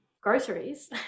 groceries